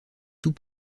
tout